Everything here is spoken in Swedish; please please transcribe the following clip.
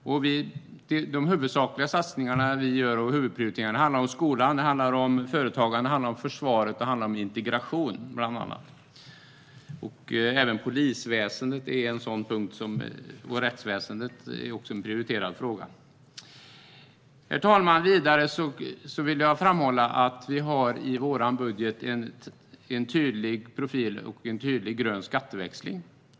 Våra huvudsakliga satsningar och prioriteringar handlar bland annat om skolan, företagande, försvaret och om integration. Även polisväsendet och rättsväsendet är prioriterade frågor. Herr talman! Vidare vill jag framhålla att vi i vår budget har en tydlig profil och en tydlig grön skatteväxling.